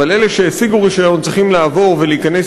אבל אלה שהשיגו רישיון צריכים לעבור ולהיכנס